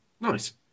Nice